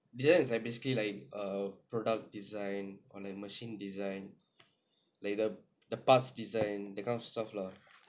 design is like basically like err product design or like machine design like the the past design that kind of stuff lah